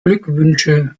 glückwünsche